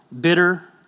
bitter